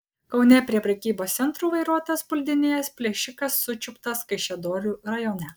kaune prie prekybos centrų vairuotojas puldinėjęs plėšikas sučiuptas kaišiadorių rajone